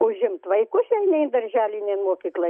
užimt vaikus jei nei į darželį mokyklą